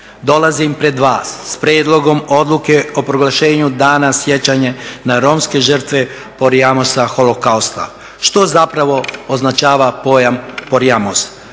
dolazim pred vas s prijedlogom odluke o proglašenju Dana sjećanja na Romske žrtve Porajmosa/Holokausta. Što zapravo označava pojam Porajmos?